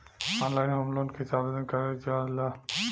Online home loan कैसे आवेदन करल जा ला?